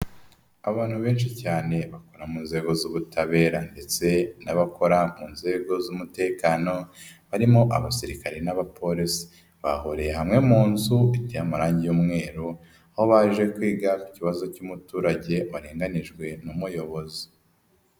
Abantu benshi cyane bakora mu nzego z'ubutabera ndetse n'abakora mu nzego z'umutekano, barimo abasirikare n'abapolisi, bahuriye hamwe mu nzu iteye amarangi y'umweru, aho baje kwiga k'ikibazo cy'umuturage warenganijwe n'umuyobozi.